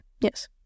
Yes